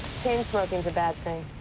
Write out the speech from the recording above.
chain smoking's a bad thing.